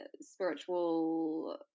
spiritual